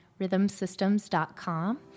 rhythmsystems.com